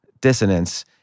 dissonance